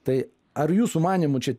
tai ar jūsų manymu čia